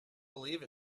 believe